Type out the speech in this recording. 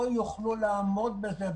לא יוכלו לעמוד בזה.